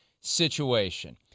situation